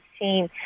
team